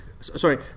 Sorry